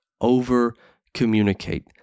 over-communicate